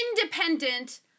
independent